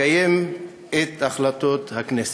למלא באמונה את תפקידי כחבר הממשלה ולקיים את החלטות הכנסת.